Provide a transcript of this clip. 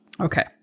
Okay